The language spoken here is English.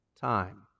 time